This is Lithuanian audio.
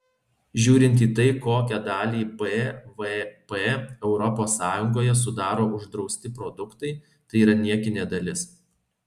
žiūrint į tai kokią dalį bvp europos sąjungoje sudaro uždrausti produktai tai yra niekinė dalis